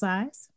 Size